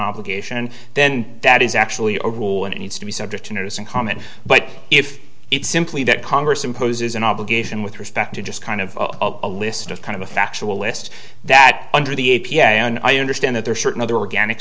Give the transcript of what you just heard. obligation then that is actually a rule and needs to be subject to notice and comment but if it's simply that congress imposes an obligation with respect to just kind of a list of kind of a factual list that under the a p i and i understand that there are certain other organic